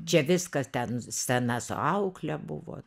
čia viskas ten scena su aukle buvo